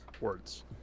words